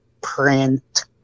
print